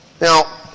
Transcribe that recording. Now